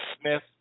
Smith